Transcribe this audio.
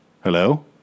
Hello